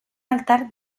altar